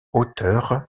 auteure